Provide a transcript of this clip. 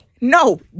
No